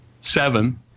seven